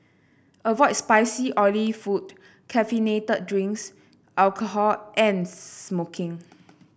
avoid spicy oily food caffeinated drinks alcohol and smoking